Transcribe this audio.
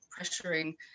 pressuring